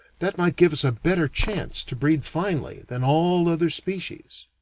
that might give us a better chance to breed finely than all other species.